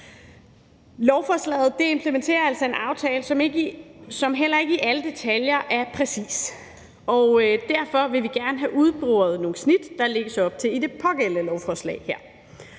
Lovforslaget implementerer altså en aftale, som heller ikke i alle detaljer er præcis, og derfor vil vi gerne have udboret nogle af de snit, der lægges op til i det pågældende lovforslag,